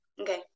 okay